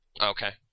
Okay